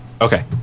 Okay